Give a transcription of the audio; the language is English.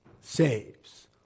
saves